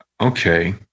Okay